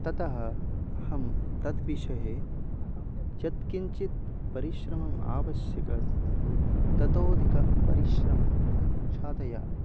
ततः अहं तद् विषये यत् किञ्चित् परिश्रमम् आवश्यकम् ततोऽधिकं परिश्रमं अहं साधयामि